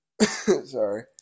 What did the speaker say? sorry